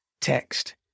text